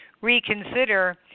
reconsider